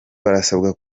barasabwa